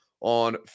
on